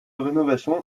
rénovation